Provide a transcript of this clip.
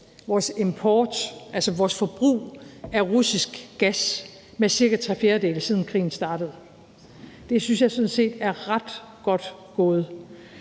vores import, altså vores forbrug af russisk gas med cirka tre fjerdedele, siden krigen startede. Det synes jeg sådan set er ret godt gået.